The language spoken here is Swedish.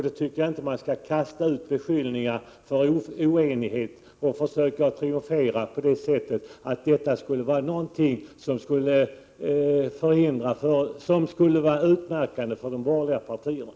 Då tycker jag inte att man skall kasta ut beskyllningar om oenighet och försöka triumfera och mena att det här skulle vara utmärkande för de borgerliga partierna.